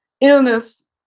illness